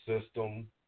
system